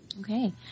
Okay